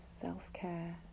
self-care